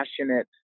passionate